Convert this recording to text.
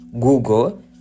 Google